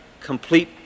complete